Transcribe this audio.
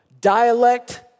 dialect